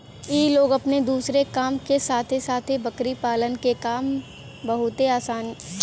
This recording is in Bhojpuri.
इ लोग अपने दूसरे काम के साथे साथे बकरी पालन के काम बहुते आसानी से कर लेवलन